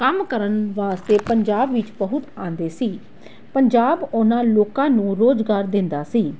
ਕੰਮ ਕਰਨ ਵਾਸਤੇ ਪੰਜਾਬ ਵਿੱਚ ਬਹੁਤ ਆਉਂਦੇ ਸੀ ਪੰਜਾਬ ਉਹਨਾਂ ਲੋਕਾਂ ਨੂੰ ਰੁਜ਼ਗਾਰ ਦਿੰਦਾ ਸੀ